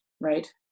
right